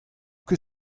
ket